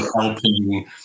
helping